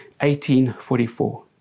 1844